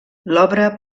l’obra